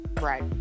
right